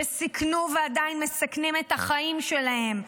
שסיכנו ועדיין מסכנים את החיים שלהם,